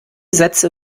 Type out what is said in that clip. sätze